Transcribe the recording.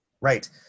Right